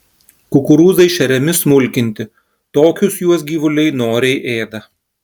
kukurūzai šeriami smulkinti tokius juos gyvuliai noriai ėda